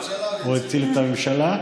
הוא הציל את הממשלה?